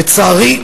לצערי,